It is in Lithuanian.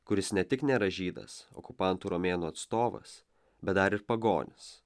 kuris ne tik nėra žydas okupantų romėnų atstovas bet dar ir pagonis